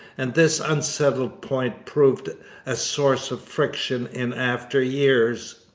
and this unsettled point proved a source of friction in after years.